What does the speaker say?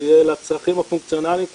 זה יהיה לצרכים הפונקציונליים,